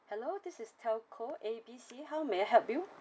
hello this is telco A B C how may I help you